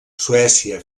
suècia